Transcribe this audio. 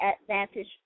advantage